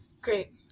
Great